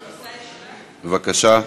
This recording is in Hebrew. בבקשה.